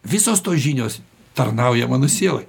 visos tos žinios tarnauja mano sielai